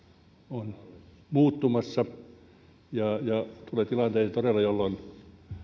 on muuttumassa ja ja tulee tilanteita todella jolloin